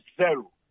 zero